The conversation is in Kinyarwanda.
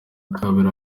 kabiri